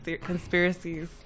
conspiracies